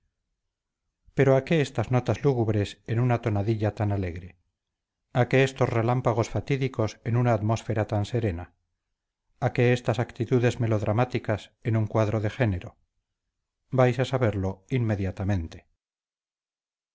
pero a qué estas notas lúgubres en una tonadilla alegre a qué estos relámpagos fatídicos en una atmósfera tan serena a qué estas actitudes melodramáticas en un cuadro de género vais a saberlo inmediatamente